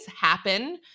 happen